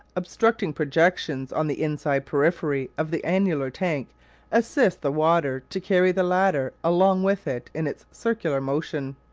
obstructing projections on the inside periphery of the annular tank assist the water to carry the latter along with it in its circular motion.